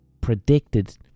predicted